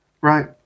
Right